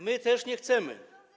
My też nie chcemy.